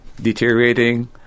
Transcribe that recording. deteriorating